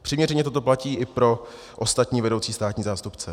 Přiměřeně toto platí i pro ostatní vedoucí státní zástupce.